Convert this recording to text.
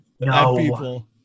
No